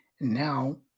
Now